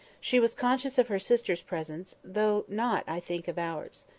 she was conscious of her sister's presence, though not, i think, of ours.